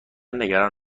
نگران